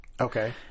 Okay